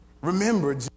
remember